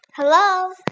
Hello